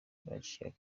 bacinye